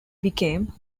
became